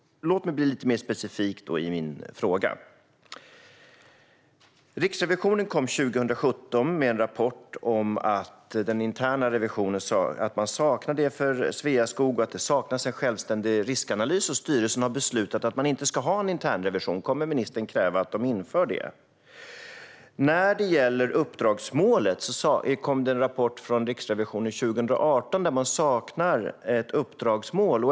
Låt mig bli lite mer specifik i min fråga. Riksrevisionen kom 2017 med en rapport om att den interna revisionen för Sveaskog saknades, att det saknades en självständig riskanalys och att styrelsen har beslutat att man inte ska ha en internrevision. Kommer ministern att kräva att man inför det? När det gäller uppdragsmålet kom det en rapport från Riksrevisionen 2018 om att man saknar ett uppdragsmål.